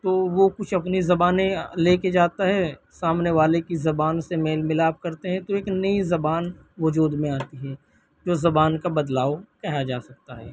تو وہ کچھ اپنی زبانیں لے کے جاتا ہے سامنے والے کی زبان سے میل ملاپ کرتے ہیں تو ایک نئی زبان وجود میں آتی ہے جو زبان کا بدلاؤ کہا جا سکتا ہے